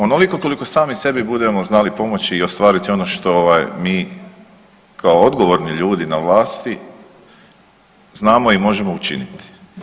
Onoliko koliko sami sebi budemo znali pomoći i ostvariti ono što mi kao odgovorni ljudi na vlasti znamo i možemo učiniti.